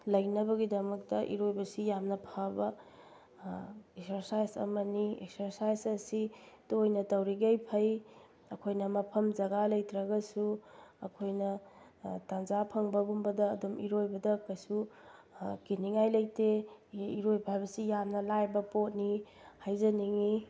ꯂꯩꯅꯕꯒꯤꯗꯃꯛꯇ ꯏꯔꯣꯏꯕꯁꯤ ꯌꯥꯝꯅ ꯐꯕ ꯑꯦꯛꯁꯔꯁꯥꯏꯁ ꯑꯃꯅꯤ ꯑꯦꯛꯁꯔꯁꯥꯏꯁ ꯑꯁꯤ ꯇꯣꯏꯅ ꯇꯧꯔꯤꯈꯩ ꯐꯩ ꯑꯩꯈꯣꯏꯅ ꯃꯐꯝ ꯖꯒꯥ ꯂꯩꯇ꯭ꯔꯒꯁꯨ ꯑꯩꯈꯣꯏꯅ ꯇꯟꯖꯥ ꯐꯪꯕꯒꯨꯝꯕꯗ ꯑꯗꯨꯝ ꯏꯔꯣꯏꯕꯗ ꯀꯩꯁꯨ ꯀꯤꯅꯤꯡꯉꯥꯏ ꯂꯩꯇꯦ ꯏꯔꯣꯏꯕ ꯍꯥꯏꯕꯁꯤ ꯌꯥꯝꯅ ꯂꯥꯏꯕ ꯄꯣꯠꯅꯤ ꯍꯥꯏꯖꯅꯤꯡꯉꯤ